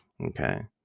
Okay